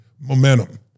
momentum